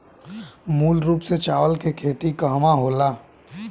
मूल रूप से चावल के खेती कहवा कहा होला?